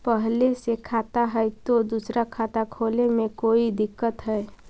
पहले से खाता है तो दूसरा खाता खोले में कोई दिक्कत है?